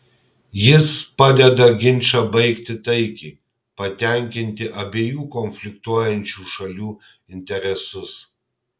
jis padeda ginčą baigti taikiai patenkinti abiejų konfliktuojančių šalių interesus